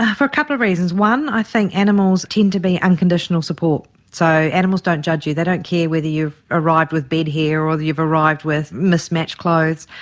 yeah for a couple of reasons. one, i think animals tend to be unconditional support. so animals don't judge you, they don't care whether you've arrived with bed hair or that you've arrived with mismatched clothes,